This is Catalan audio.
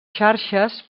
xarxes